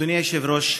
אדוני היושב-ראש,